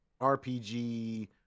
RPG